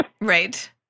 Right